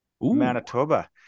Manitoba